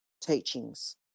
teachings